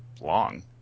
long